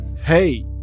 Hey